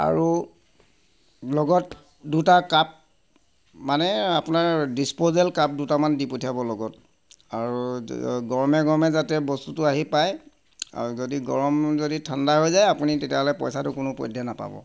আৰু লগত দুটা কাপ মানে আপোনাৰ ডিছপ'জেল কাপ দুটামান দি পঠিয়াব লগত আৰু গৰমে গৰমে যাতে বস্তুটো আহি পায় আৰু যদি গৰম যদি ঠাণ্ডা হৈ যায় আপুনি তেতিয়াহ'লে পইচাটো কোনো পধ্যে নাপাব